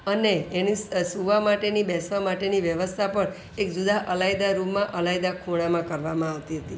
અને એની સૂવા માટેની બેસવા માટેની વ્યવસ્થા પણ એક જુદા અલાયદા રૂમમાં અલાયદા ખૂણામાં કરવામાં આવતી હતી